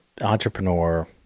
entrepreneur